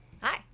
Hi